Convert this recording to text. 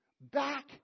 back